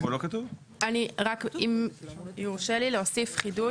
רק אם יורשה לי להוסיף חידוד